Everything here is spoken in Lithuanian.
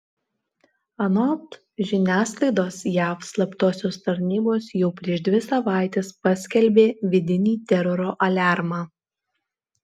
anot žiniasklaidos jav slaptosios tarnybos jau prieš dvi savaites paskelbė vidinį teroro aliarmą